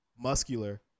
muscular